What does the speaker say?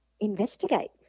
investigate